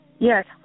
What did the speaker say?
Yes